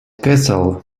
castle